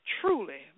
truly